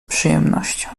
przyjemnością